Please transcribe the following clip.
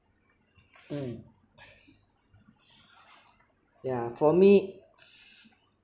mm yeah for me